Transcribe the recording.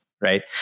Right